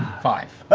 five.